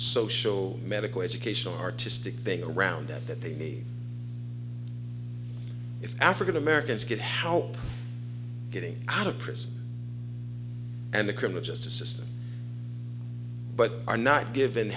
social medical educational artistic thing around that that they need if african americans get help getting out of prison and the criminal justice system but are not given